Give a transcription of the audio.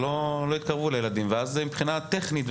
שלא יתקרבו לילדים ואז מבחינה טכנית,